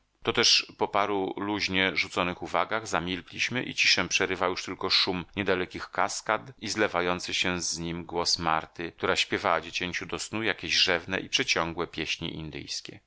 to też po paru luźnie rzuconych uwagach zamilkliśmy i ciszę przerywał już tylko szum niedalekich kaskad i zlewający się z nim głos marty która śpiewała dziecięciu do snu jakieś rzewne i przeciągłe pieśni indyjskie